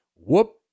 Whoop